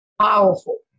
powerful